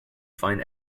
find